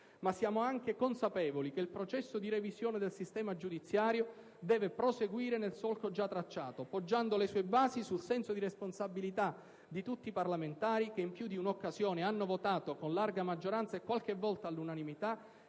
Ma siamo anche consapevoli che il processo di revisione del sistema giudiziario deve proseguire nel solco già tracciato, poggiando le sue basi sul senso di responsabilità di tutti i parlamentari, che in più di un'occasione hanno votato a larga maggioranza, e qualche volta all'unanimità,